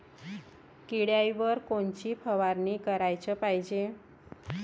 किड्याइवर कोनची फवारनी कराच पायजे?